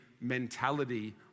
mentality